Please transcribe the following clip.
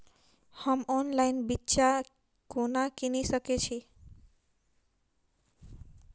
हम ऑनलाइन बिच्चा कोना किनि सके छी?